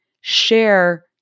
share